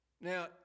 Now